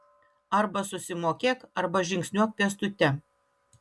arba susimokėk arba žingsniuok pėstute